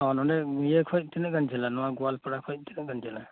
ᱱᱚᱰᱮ ᱱᱤᱭᱟᱹ ᱠᱷᱚᱱ ᱛᱤᱱᱟᱹᱜ ᱜᱟᱱ ᱡᱷᱟᱹᱞᱟ ᱱᱚᱶᱟ ᱜᱳᱣᱟᱞᱯᱟᱲᱟ ᱠᱷᱚᱱ ᱛᱤᱱᱟᱹᱜ ᱜᱟᱱ ᱡᱷᱟᱹᱞᱟ